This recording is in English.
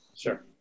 Sure